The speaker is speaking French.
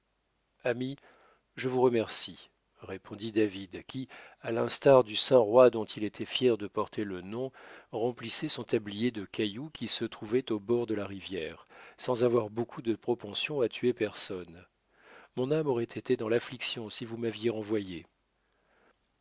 ami je vous remercie répondit david qui à l'instar du saint roi dont il était fier de porter le nom remplissait son tablier de cailloux qui se trouvaient au bord de la rivière sans avoir beaucoup de propension à tuer personne mon âme aurait été dans l'affliction si vous m'aviez renvoyé